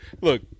Look